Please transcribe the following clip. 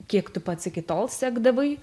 kiek tu pats iki tol sekdavai